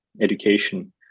education